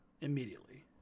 immediately